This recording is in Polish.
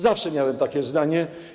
Zawsze miałem takie zdanie.